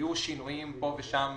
יהיו שינויים פה ושם,